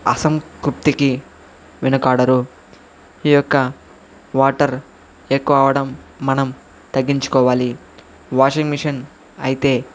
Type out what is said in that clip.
అసంకుప్తికి వెనకాడరు ఈ యొక్క వాటర్ ఎక్కువ అవ్వడం మనం తగ్గించుకోవాలి వాషింగ్ మిషన్ అయితే